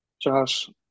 Josh